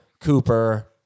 Cooper